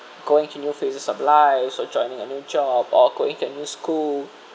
going to new phases of life so joining a new job or going into a new school